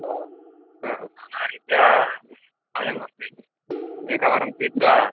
नानारीत्या चायमस्ति एकवारं पीत्वा